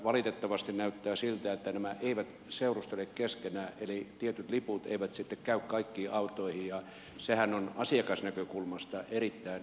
valitettavasti näyttää siltä että nämä eivät seurustele keskenään eli tietyt liput eivät sitten käy kaikkiin autoihin ja sehän on asiakasnäkökulmasta erittäin suuri ongelma